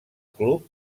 club